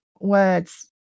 words